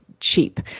cheap